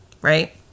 right